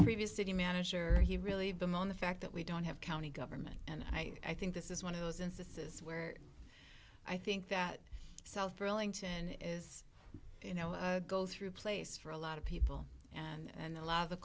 previous city manager he really been on the fact that we don't have county government and i think this is one of those instances where i think that south burlington is you know a go through place for a lot of people and a lot of the